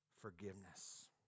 forgiveness